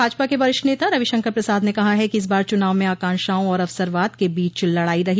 भाजपा के वरिष्ठ नेता रविशंकर प्रसाद ने कहा है कि इस बार चूनाव में आकांक्षाओं और अवसरवाद के बीच लड़ाई रही